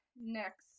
next